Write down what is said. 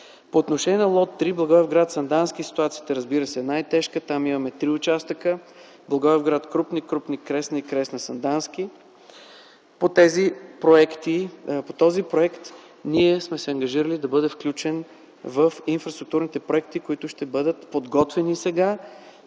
По отношение на лот-3 Благоевград-Сандански, разбира се, ситуацията е най-тежка. Там има три участъка: Благоевград Крупник, Крупник-Кресна и Кресна-Сандански. По този проект сме се ангажирали да бъде включен в инфраструктурните проекти, които ще бъдат подготвени сега